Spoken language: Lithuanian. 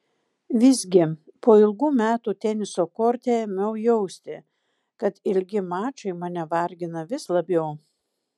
visgi po ilgų metų teniso korte ėmiau jausti kad ilgi mačai mane vargina vis labiau